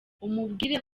umubwire